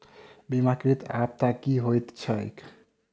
बीमाकृत आपदा की होइत छैक?